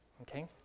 Okay